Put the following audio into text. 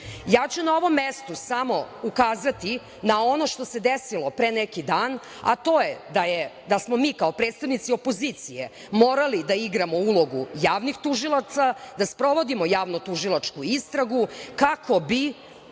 Ja ću na ovom mestu samo ukazati na ono što se desilo pre neki dan, a to je da smo mi kao predstavnici opozicije morali da igramo ulogu javnih tužilaca, da sprovodimo javnotužilačku istragu, kako bi